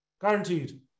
guaranteed